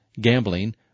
gambling